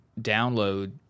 download